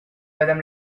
madame